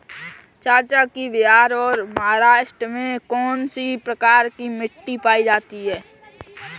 चाचा जी बिहार और महाराष्ट्र में कौन सी प्रकार की मिट्टी पाई जाती है?